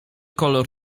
kolor